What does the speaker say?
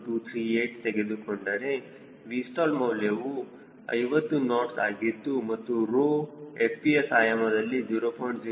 00238 ತೆಗೆದುಕೊಂಡರೆ Vstall ಮೌಲ್ಯವು 50 knots ಆಗಿದ್ದು ಮತ್ತು ರೂ FPS ಆಯಾಮದಲ್ಲಿ 0